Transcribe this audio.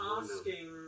asking